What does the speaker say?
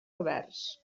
oberts